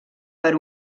per